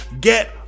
Get